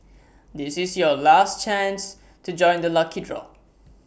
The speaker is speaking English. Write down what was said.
this is your last chance to join the lucky draw